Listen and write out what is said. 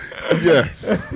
Yes